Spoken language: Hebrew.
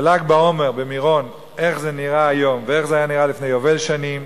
בל"ג בעומר במירון איך זה נראה היום ואיך זה היה נראה לפני יובל שנים,